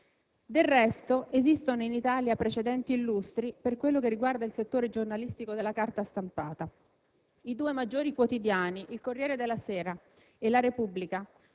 Del resto, esistono in Italia precedenti illustri per quello che riguarda il settore giornalistico della carta stampata: i due maggiori quotidiani, il «Corriere della Sera» e «la Repubblica»,